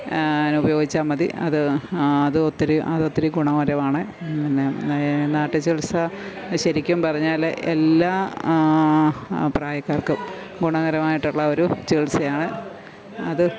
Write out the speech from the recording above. ഉപയോഗിച്ചാല് മതി അത് അത് ഒത്തിരി അതൊത്തിരി ഗുണകരമാണ് പിന്നെ നാട്ടു ചികിത്സ ശരിക്കും പറഞ്ഞാല് എല്ലാ പ്രായക്കാർക്കും ഗുണകരമായിട്ടുള്ള ഒരു ചികിത്സയാണ് അത്